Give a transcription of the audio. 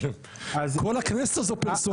אז כל הכנסת הזו פרסונלית,